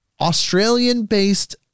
australian-based